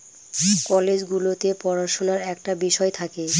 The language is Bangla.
কলেজ গুলোতে পড়াশুনার একটা বিষয় থাকে